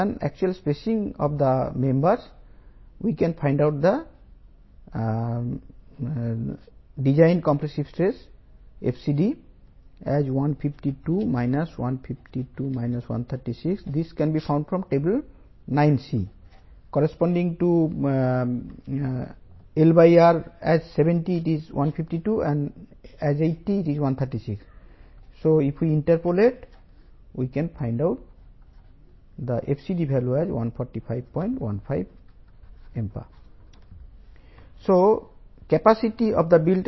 28 మరియు fy250 MPa లకు built up column యొక్క కెపాసిటీ 5516 ×145